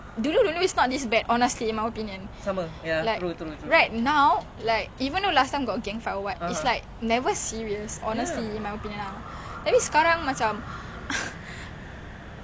mak kau ya is just uncomfortable lah to tengok like the younger generation